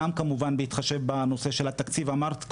גם כמובן בהתחשב בנושא של התקציב אמרת קודם,